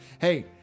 Hey